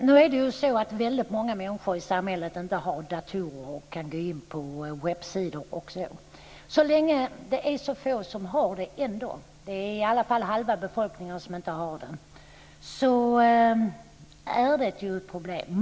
Fru talman! Nu är det ju så att många människor i samhället inte har datorer och inte kan gå in på webbsidor. Så länge som det ändå är så få som har det - det är i alla fall halva befolkningen som inte har det - är det ju ett problem.